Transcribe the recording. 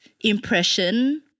impression